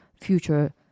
future